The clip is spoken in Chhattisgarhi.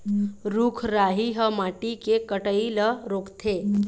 रूख राई ह माटी के कटई ल रोकथे